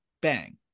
Bang